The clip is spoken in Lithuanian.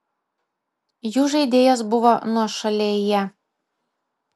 jų žaidėjas buvo nuošalėje